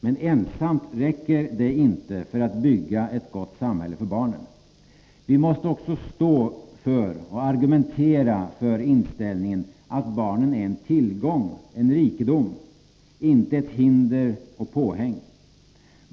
Men ensamt räcker det inte för att bygga ett gott samhälle för barnen. Vi måste också stå för och argumentera för inställningen att barnen är en tillgång, en rikedom -— inte ett hinder och påhäng.